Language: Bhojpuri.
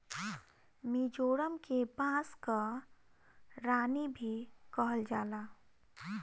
मिजोरम के बांस कअ रानी भी कहल जाला